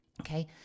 Okay